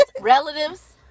relatives